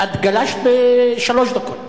את גלשת לשלוש דקות.